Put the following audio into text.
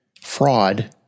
fraud